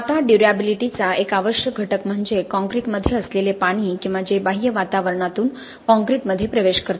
आता ड्युर्याबिलिटीचा एक आवश्यक घटक म्हणजे काँक्रीटमध्ये असलेले पाणी किंवा जे बाह्य वातावरणातून काँक्रीटमध्ये प्रवेश करते